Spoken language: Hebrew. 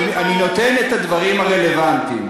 אני נותן את הדברים הרלוונטיים.